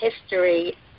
history